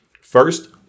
First